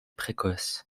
précoce